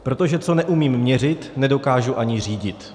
Protože co neumím měřit, nedokážu ani řídit.